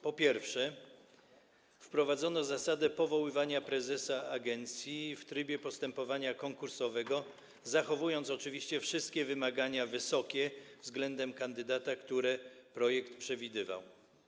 Po pierwsze, wprowadzono zasadę powoływania prezesa agencji w trybie postępowania konkursowego, zachowując oczywiście wszystkie wysokie wymagania względem kandydata, które projekt przewidywał.